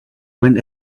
went